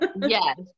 Yes